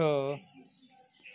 छह